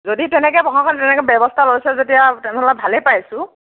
যদি তেনেকৈ প্ৰশাসন তেনেকৈ ব্যৱস্থা লৈছে যদি আৰু তেনেহ'লে ভালেই পাইছোঁ